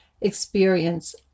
experience